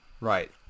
right